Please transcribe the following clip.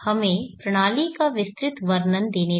हमें प्रणाली का विस्तृत वर्णन देने दे